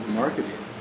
marketing